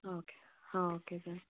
okay okay then bye